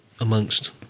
amongst